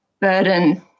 burden